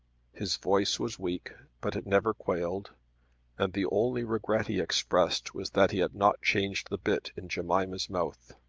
his voice was weak, but it never quailed and the only regret he expressed was that he had not changed the bit in jemima's mouth.